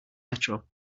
metro